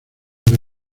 una